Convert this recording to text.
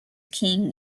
king